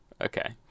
Okay